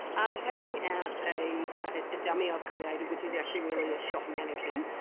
i'm taking out a ah a dummy i've created, which is actually really a shop mannequin.